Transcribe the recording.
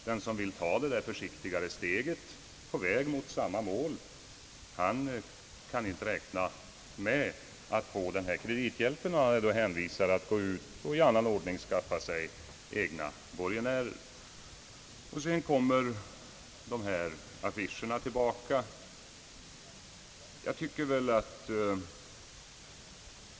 Den som vill ta det försiktigare steget mot sitt mål kan inte räkna med att få kredithjälp utan är hänvisad till att i annan ordning skaffa sig egna borgenärer. Sedan kommer dessa affischer tillbaka.